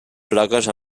plaques